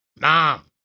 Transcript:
mom